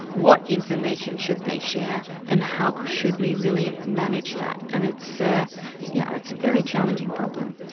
what information should they share, and how should we really manage that? and it's ah yeah it's a very challenging problem.